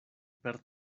per